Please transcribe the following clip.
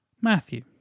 Matthew